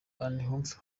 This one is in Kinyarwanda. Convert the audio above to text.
inhofe